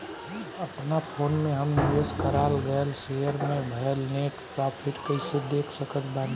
अपना फोन मे हम निवेश कराल गएल शेयर मे भएल नेट प्रॉफ़िट कइसे देख सकत बानी?